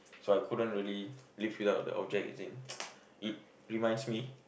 so I couldn't really lift it up the object as in it reminds me